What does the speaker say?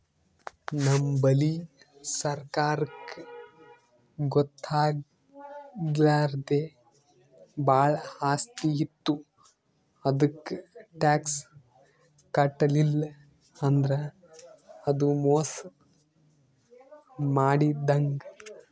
ನಮ್ ಬಲ್ಲಿ ಸರ್ಕಾರಕ್ಕ್ ಗೊತ್ತಾಗ್ಲಾರ್ದೆ ಭಾಳ್ ಆಸ್ತಿ ಇತ್ತು ಅದಕ್ಕ್ ಟ್ಯಾಕ್ಸ್ ಕಟ್ಟಲಿಲ್ಲ್ ಅಂದ್ರ ಅದು ಮೋಸ್ ಮಾಡಿದಂಗ್